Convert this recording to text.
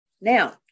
Now